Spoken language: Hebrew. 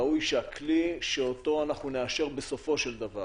ראוי שהכלי שאותו אנחנו נאשר בסופו של דבר